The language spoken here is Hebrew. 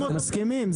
לזה אנחנו מסכימים.